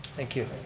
thank you.